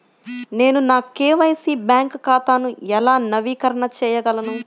నేను నా KYC bank ఖాతాను ఎలా నవీకరణ చేయగలను?